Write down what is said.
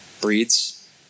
breeds